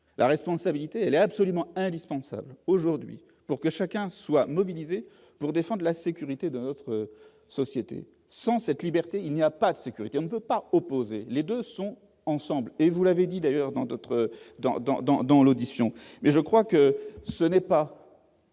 la responsabilité, elle est absolument indispensable aujourd'hui pour que chacun soit mobilisée pour défendre la sécurité de notre société, sans cette liberté, il n'y a pas de sécurité, on ne peut pas opposer les 2 sont ensemble et vous l'avez dit d'ailleurs dans d'autres, dans, dans, dans, dans,